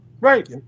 right